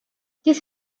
this